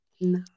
No